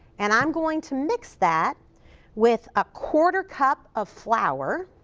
and i'm going to mix that with a quarter cup of flour